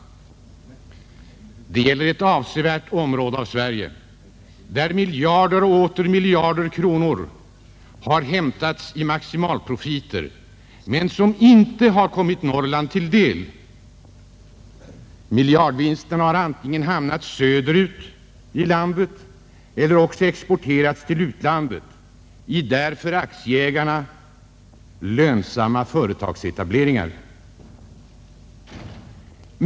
Det gäller ett avsevärt område av Sverige varifrån miljarder och åter miljarder kronor har hämtats i maximiprofiter, som inte kommit Norrland till del. Miljardvinsterna har hamnat antingen söderut i landet eller också exporterats till utlandet genom för aktieägarna lönsamma företagsetableringar där.